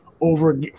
over